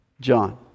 John